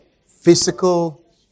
Physical